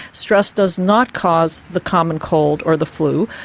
stress does not cause the common cold or the flu.